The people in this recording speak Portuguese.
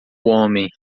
homem